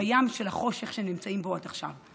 בים של החושך שבו הם נמצאים עד עכשיו.